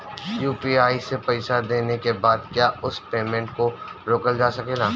UPI से पईसा देने के बाद क्या उस पेमेंट को रोकल जा सकेला?